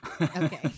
Okay